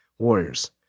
Warriors